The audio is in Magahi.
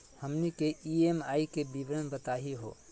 हमनी के ई.एम.आई के विवरण बताही हो?